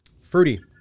fruity